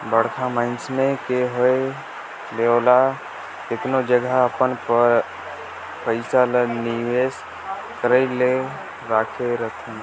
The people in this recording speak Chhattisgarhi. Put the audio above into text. बड़खा मइनसे के होए ले ओमन केतनो जगहा अपन पइसा ल निवेस कइर के राखे रहथें